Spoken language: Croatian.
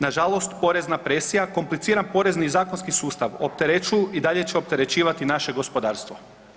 Nažalost porezna presija, kompliciran porezni i zakonski sustav opterećuju i dalje će opterećivati naše gospodarstvo.